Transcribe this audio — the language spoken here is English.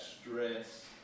stress